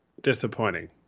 disappointing